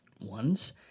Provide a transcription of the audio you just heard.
ones